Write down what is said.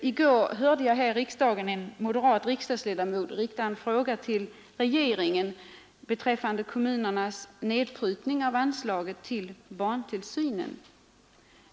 I går hörde jag här i riksdagen en moderat riksdagsledamot rikta en fråga till regeringen beträffande kommunernas nedprutning av anslaget till barntillsynen.